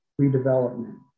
redevelopment